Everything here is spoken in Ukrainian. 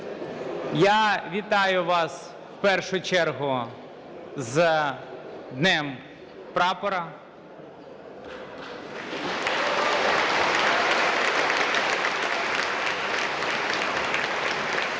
Я вітаю вас, в першу чергу, з Днем Прапора!